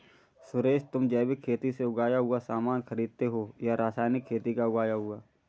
सुरेश, तुम जैविक खेती से उगाया हुआ सामान खरीदते हो या रासायनिक खेती का उगाया हुआ?